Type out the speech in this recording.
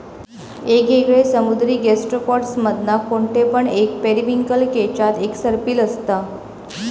येगयेगळे समुद्री गैस्ट्रोपोड्स मधना कोणते पण एक पेरिविंकल केच्यात एक सर्पिल असता